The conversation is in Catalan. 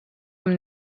amb